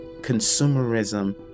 consumerism